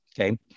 Okay